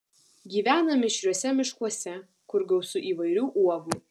gyvena mišriuose miškuose kur gausu įvairių uogų